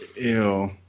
Ew